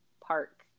park